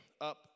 up